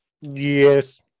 Yes